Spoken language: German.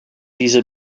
diese